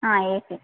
ಹಾಂ A C